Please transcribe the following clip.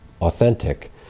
authentic